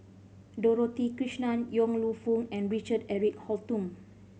Dorothy Krishnan Yong Lew Foong and Richard Eric Holttum